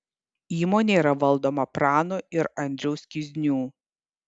įmonė yra valdoma prano ir andriaus kiznių